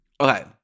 Okay